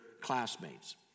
classmates